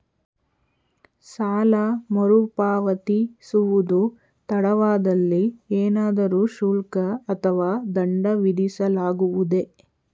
ಸಾಲ ಮರುಪಾವತಿಸುವುದು ತಡವಾದಲ್ಲಿ ಏನಾದರೂ ಶುಲ್ಕ ಅಥವಾ ದಂಡ ವಿಧಿಸಲಾಗುವುದೇ?